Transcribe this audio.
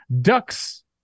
ducks